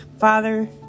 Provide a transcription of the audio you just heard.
father